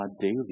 daily